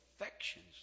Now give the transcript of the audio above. affections